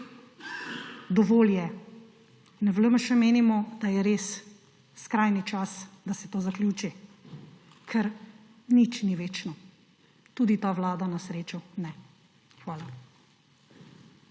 Dovolj je. V LMŠ menimo, da je res skrajni čas, da se to zaključi, ker nič ni večno, tudi ta vlada na srečo ne. Hvala.